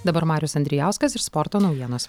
dabar marius andrijauskas ir sporto naujienos